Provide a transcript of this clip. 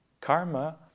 karma